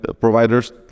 providers